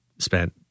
spent